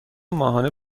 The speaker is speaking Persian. ماهانه